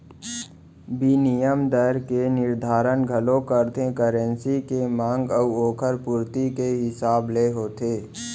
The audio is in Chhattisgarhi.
बिनिमय दर के निरधारन घलौ करथे करेंसी के मांग अउ ओकर पुरती के हिसाब ले होथे